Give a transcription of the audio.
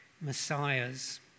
messiahs